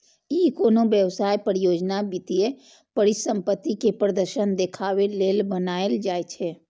ई कोनो व्यवसाय, परियोजना, वित्तीय परिसंपत्ति के प्रदर्शन देखाबे लेल बनाएल जाइ छै